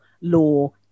law